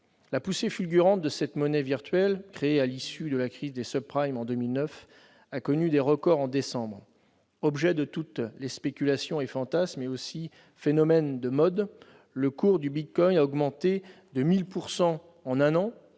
La poussée fulgurante de cette monnaie virtuelle, créée à l'issue de la crise des en 2009, a connu des records en décembre. Objet de toutes les spéculations et de tous les fantasmes, mais aussi phénomène de mode, le bitcoin a vu son cours augmenter de 1 000 % en un an,